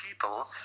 people